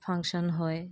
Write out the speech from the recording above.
function হয়